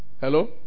hello